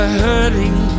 hurting